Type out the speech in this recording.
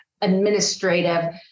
administrative